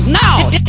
now